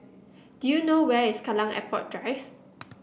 do you know where is Kallang Airport Drive